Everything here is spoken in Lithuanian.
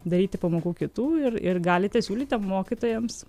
daryti pamokų kitų ir ir galite siūlyti mokytojams